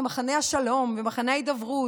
ל"מחנה השלום" ו"מחנה ההידברות",